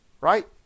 Right